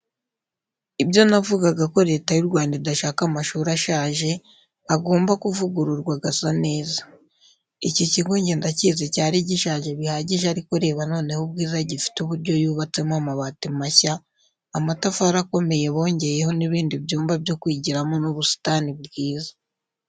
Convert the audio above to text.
Ibyo navugaga ko Leta y'u Rwanda idashaka amashuri ashaje, agomba kuvugururwa agasa neza. Iki kigo nge ndakizi cyari gishaje bihagije ariko reba noneho ubwiza gifite uburyo yubatsemo amabati mashya, amatafari akomeye bongeyeho n'ibindi byumba byo kwigiramo n'ubusitani bwiza.